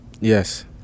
Yes